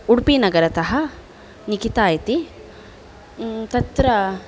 उडुपि नगरतः निकिता इति तत्र